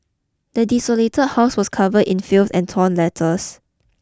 the desolated house was covered in filth and torn letters